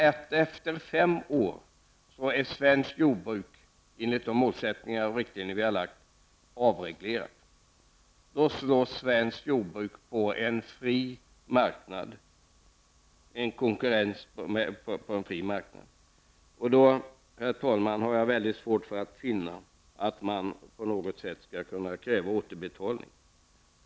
Efter fem år skall svenskt jordbruk -- enligt de målsättningar och riktlinjer vi har -- vara avreglerat. Då kan svenskt jordbruk slåss på en fri marknad. Det blir konkurrens på en fri marknad. Jag har, herr talman, mycket svårt att finna att man skulle kunna kräva återbetalning.